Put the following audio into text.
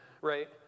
Right